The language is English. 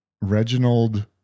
reginald